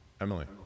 Emily